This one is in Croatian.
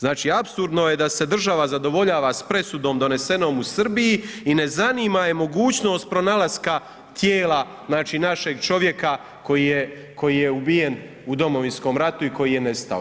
Znači apsurdno je da se država zadovoljava s presudom donesenom u Srbiji i ne zanima je mogućnost pronalaska tijela našeg čovjeka koji je ubijen u Domovinskom ratu i koji je nestao.